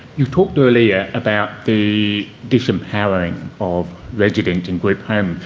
you talked earlier about the disempowering of residents in group homes.